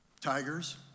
tigers